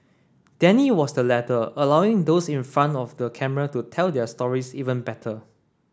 Danny was the latter allowing those in front of the camera to tell their stories even better